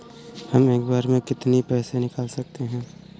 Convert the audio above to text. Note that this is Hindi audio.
हम एक बार में कितनी पैसे निकाल सकते हैं?